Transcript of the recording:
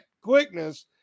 quickness